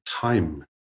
time